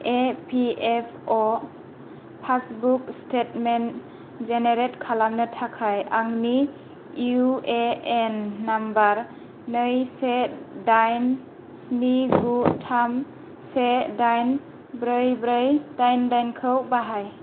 EPFO passbook statement generate खालामनो थाखाय आंनि इउएएन नम्बर नै से दाइन स्नि गु थाम से दाइन ब्रै ब्रै दाइन दाइन खौ बाहाय